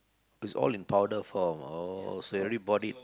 it's all in powder form oh so you already bought it